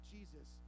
Jesus